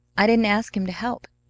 i didn't ask him to help.